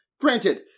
granted